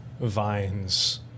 vines